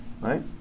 right